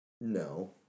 No